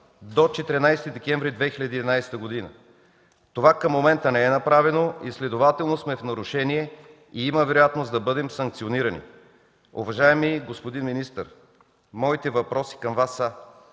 до 14 декември 2011 г. Това към момента не е направено и следователно сме в нарушение и има вероятност да бъдем санкционирани. Уважаеми господин министър, моите въпроси към Вас са: